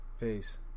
Peace